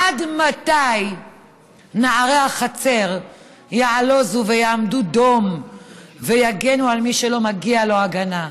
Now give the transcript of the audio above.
עד מתי נערי החצר יעלוזו ויעמדו דום ויגנו על מי שלא מגיעה לו הגנה?